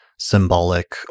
symbolic